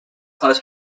close